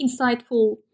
insightful